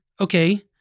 Okay